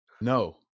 No